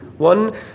one